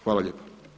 Hvala lijepa.